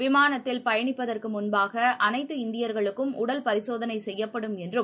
விமானத்தில் பயணிப்பதற்குமுன்பாகஅனைத்து இந்தியர்களுக்கும் உடல் பரிசோதனைசெய்யப்படும் என்றும்